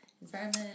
environment